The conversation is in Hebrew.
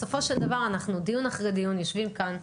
בסופו של דבר, אנחנו דיון אחרי דיון יושבים כאן,